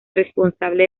responsable